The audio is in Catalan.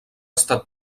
estat